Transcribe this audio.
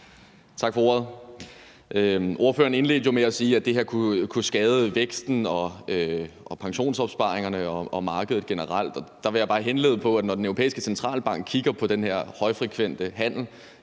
Tak for ordet. Ordføreren indledte med at sige, at det her kunne skade væksten og pensionsopsparingerne og markedet generelt, og der vil jeg bare henvise til, at Den Europæiske Centralbank siger, når de kigger på den her højfrekvente handel,